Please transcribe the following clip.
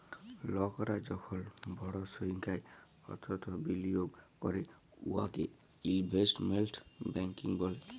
লকরা যখল বড় সংখ্যায় অথ্থ বিলিয়গ ক্যরে উয়াকে ইলভেস্টমেল্ট ব্যাংকিং ব্যলে